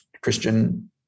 Christian